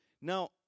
Now